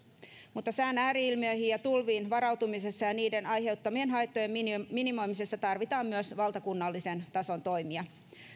mutta sään ääri ilmiöihin ja tulviin varautumisessa ja niiden aiheuttamien haittojen minimoimisessa tarvitaan myös valtakunnallisen tason toimia